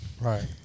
Right